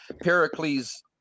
Pericles